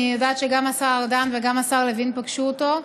אני יודעת שגם השר ארדן וגם השר לוין פגשו אותו.